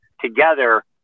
together